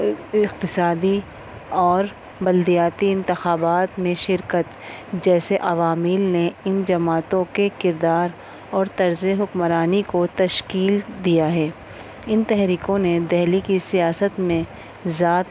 اقتصادی اور بلدیاتی انتخابات میں شرکت جیسے عوامل نے ان جماعتوں کے کردار اور طرز حکمرانی کو تشکیل دیا ہے ان تحریکوں نے دہلی کی سیاست میں ذات